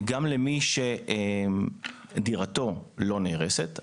גם למי שדירתו לא נהרסת,